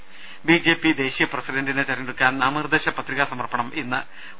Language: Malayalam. രദേശ ബി ജെ പി ദേശീയ പ്രസിഡന്റിനെ തെരഞ്ഞെടുക്കാൻ നാമനിർദ്ദേശപത്രികാ സമർപ്പണം ഇന്ന് നടക്കും